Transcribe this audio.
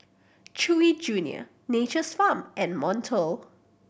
Chewy Junior Nature's Farm and Monto